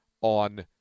on